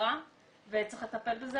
עבירה וצריך לטפל בזה.